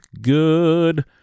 good